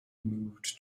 moved